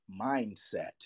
mindset